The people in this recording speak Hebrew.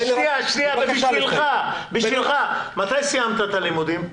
אביעד, מתי סיימת את הלימודים?